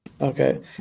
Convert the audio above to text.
okay